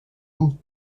bout